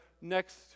next